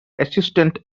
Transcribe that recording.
assistant